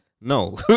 No